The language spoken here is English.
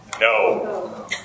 No